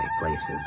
places